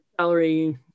Salary